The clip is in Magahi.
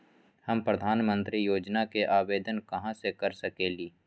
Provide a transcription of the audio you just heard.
हम प्रधानमंत्री योजना के आवेदन कहा से कर सकेली?